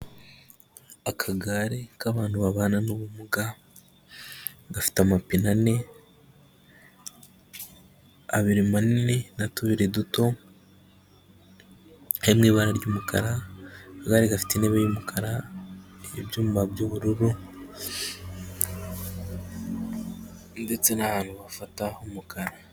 Akagare k'abantu babana n'ubumuga gafite amapine ane, abiri manini na tubiri duto, ari mu ibara ry'umukara, akagare gafite intebe y'umukara, ibyuma by'ubururu ndetse n'ahantu hafata h'umukara.